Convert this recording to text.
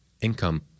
income